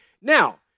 Now